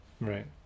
Right